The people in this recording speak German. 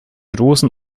rosen